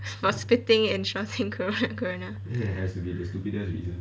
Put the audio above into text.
spitting and shouting corona